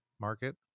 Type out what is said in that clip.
market